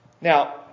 Now